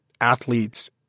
athletes